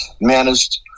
managed